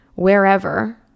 wherever